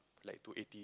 like to eighty